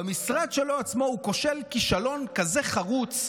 במשרד שלו עצמו הוא כושל כישלון כזה חרוץ.